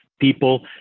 people